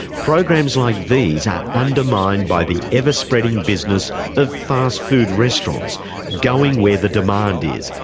programs like these are undermined by the ever-spreading business of fast food restaurants going where the demand is,